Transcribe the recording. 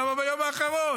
למה ביום האחרון?